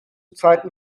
zeiten